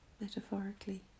metaphorically